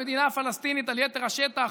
במדינה פלסטינית על יתר השטח